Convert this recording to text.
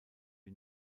die